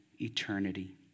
eternity